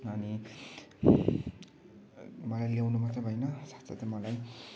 अनि मलाई ल्याउनु मात्र भएन साथ साथै मलाई